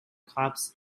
cops